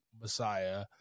Messiah